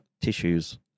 tissues